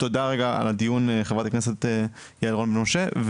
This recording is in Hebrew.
חברת הכנסת יעל רון בן משה,